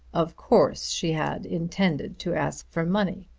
of course she had intended to ask for money.